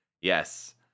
Yes